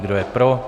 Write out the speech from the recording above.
Kdo je pro?